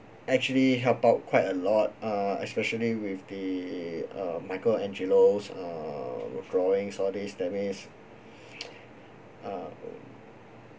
actually help out quite a lot uh especially with the uh michelangelo's err drawings all these that means err